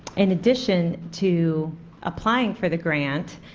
in addition to applying for the grant,